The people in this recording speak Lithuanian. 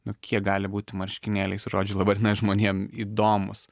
nu kiek gali būti marškinėliai su žodžiu laba diena žmonėm įdomūs